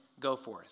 Goforth